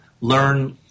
Learn